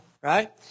right